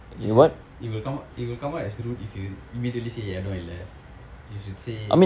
you should it will come out it will come out as rude if you immediately say இடம் இல்ல:idam illa you should say